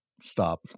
Stop